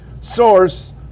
source